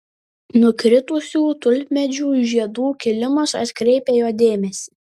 nukritusių tulpmedžių žiedų kilimas atkreipia jo dėmesį